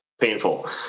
painful